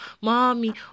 mommy